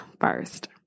first